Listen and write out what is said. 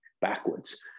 backwards